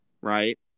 right